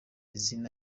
izina